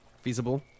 feasible